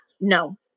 No